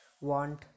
want